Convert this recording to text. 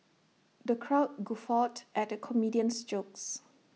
the crowd guffawed at the comedian's jokes